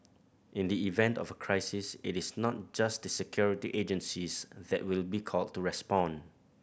in the event of a crisis it is not just the security agencies that will be called to respond